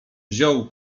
wziął